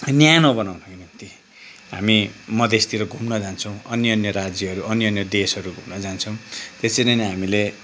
न्यानो बनाउनको निम्ति हामी मधेसतिर घुम्न जान्छौँ अन्य अन्य राज्यहरू अन्य अन्य देशहरू घुम्न जान्छौँ त्यसरी नै हामीले